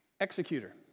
Executor